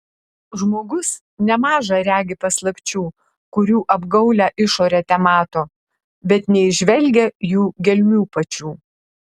žmogus nemaža regi paslapčių kurių apgaulią išorę temato bet neįžvelgia jų gelmių pačių